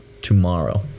tomorrow